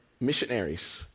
missionaries